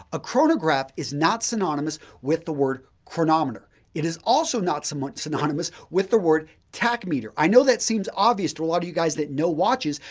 a chronograph is not synonymous with the word chronometer. it is also not so synonymous with the word tachymeter. i know that seems obvious to a lot of you guys that know watches,